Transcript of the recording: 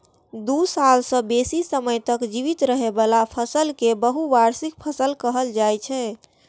दू साल सं बेसी समय तक जीवित रहै बला फसल कें बहुवार्षिक कहल जाइ छै